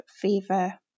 fever